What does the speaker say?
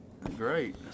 great